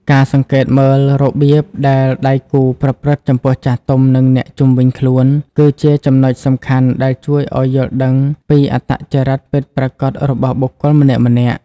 ការសង្កេតមើលរបៀបដែលដៃគូប្រព្រឹត្តចំពោះចាស់ទុំ និងអ្នកជុំវិញខ្លួន គឺជាចំណុចសំខាន់ដែលជួយឱ្យយល់ដឹងពីអត្តចរិតពិតប្រាកដរបស់បុគ្គលម្នាក់ៗ។